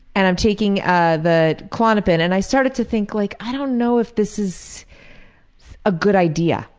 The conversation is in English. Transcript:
and i'm taking ah the klonopin and i started to think like i don't know if this is a good idea.